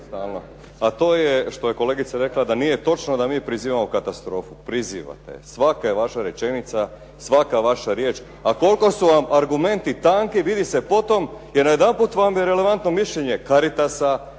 A to je što je kolegica rekla da nije točno da mi prizivamo katastrofu, prizivate je. svaka je vaša rečenica, svaka vaša riječ. A koliko su vam argumenti tanki vidi se potom, jer je odjedanput vam je relevantno mišljenje "Caritasa",